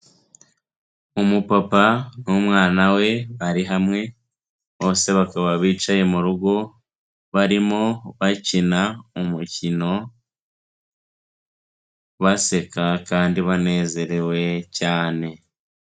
Umupapa n'umwana we bari hamwe, bose bakaba bicaye mu rugo barimo bakina umukino, baseka kandi banezerewe cyane.